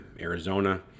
Arizona